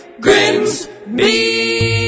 Grimsby